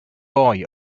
boy